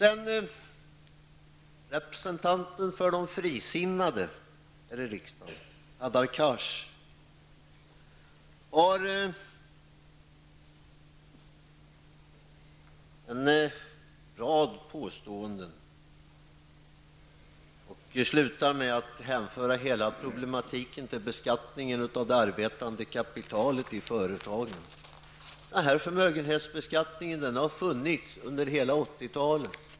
Hadar Cars, gjorde en rad påståenden och slutade med att hänföra hela problematiken till beskattningen av det arbetande kapitalet i företagen. Den här förmögenhetsbeskattningen har funnits under hela 80-talet.